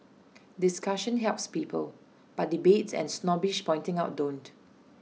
discussion helps people but debates and snobbish pointing out don't